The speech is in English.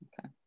Okay